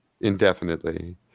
indefinitely